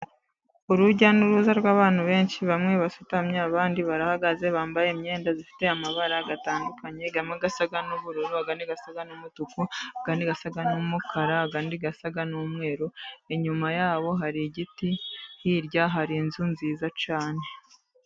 Urujya n'uruza rw'abantu benshi bamwe basutamye, abandi barahagaze bambaye imyenda ifite amabara atandukanye, amwe asa n'ubururu n'asa n'umutuku, andi asa n'umukara, andi asa n'umweru. Inyuma yabo hari igiti, hirya hari inzu nziza cyane.